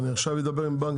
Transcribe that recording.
אני אדבר עכשיו עם הבנקים,